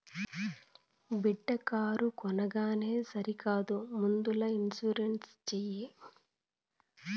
బిడ్డా కారు కొనంగానే సరికాదు ముందల ఇన్సూరెన్స్ చేయి